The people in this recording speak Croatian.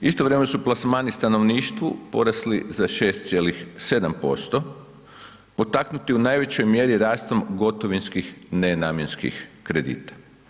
Istovremeno su plasmani stanovništvu porasli za 6,7% potaknuti u najvećoj mjeri rastom gotovinskih nenamjenskih kredita.